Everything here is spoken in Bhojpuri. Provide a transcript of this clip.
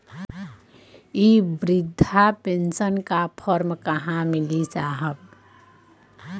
इ बृधा पेनसन का फर्म कहाँ मिली साहब?